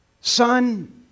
son